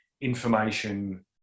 information